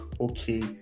okay